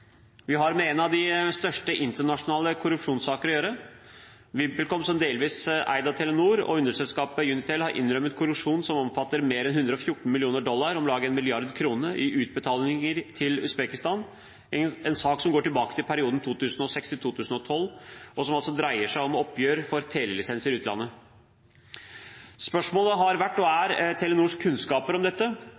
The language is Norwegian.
Vi har med en av de største internasjonale korrupsjonssaker å gjøre. VimpelCom, delvis eid av Telenor og underselskapet Unitel, har innrømmet korrupsjon som omfatter mer enn 114 mill. dollar, om lag 1 mrd. kr, i utbetalinger til Usbekistan, en sak som går tilbake til perioden 2006–2012, og som altså dreier seg om oppgjør for telelisenser i utlandet. Spørsmålet har vært, og er, hva som er Telenors kunnskaper om dette,